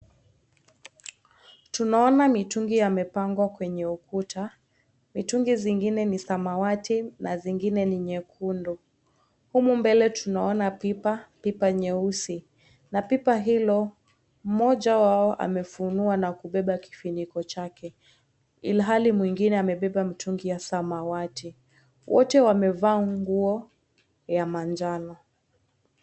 Tunaona mitungi yamepangwa kwenye ukuta. Mitungi zingine ni samawati na nyingine ni nyekundu. Humo mbele tunaona pipa ,pipa nyeusi, na pipa hilo mmoja wao amefunua na kubeba kifuniko chake , ilhali mwingine amebeba mtungi wa samawati. Wote wamevaa nguo ya manjano.